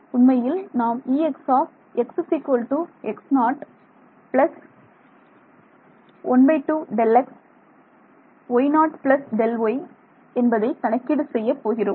உண்மையில் நாம் Exx x0 i2Δx y0 Δy என்பதை கணக்கீடு செய்ய போகிறோம்